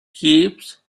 keeps